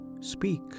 speak